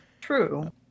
True